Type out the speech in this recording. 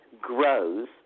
grows